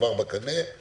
שכבר נמצאים בקנה.